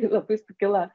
labai sukilo